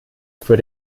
für